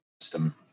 system